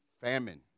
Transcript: famine